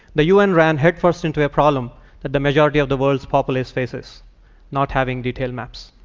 the u n. ran headfirst into a problem that the majority of the world's populous faces not having detailed maps.